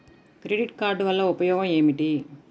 Credit card వల్ల ఉపయోగం ఏమిటీ?